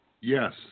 Yes